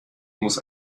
muss